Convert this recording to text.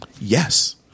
Yes